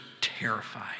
terrified